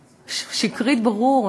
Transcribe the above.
שקרית, ברור.